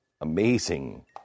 amazing